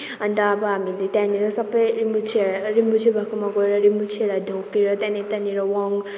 अन्त अब हामीले त्यहाँनिर सबै रिम्पोछे रिम्पोछे भएकोमा गएर रिम्पोछेलाई ढोकेर त्यहाँदेखि त्यहाँनिर वङ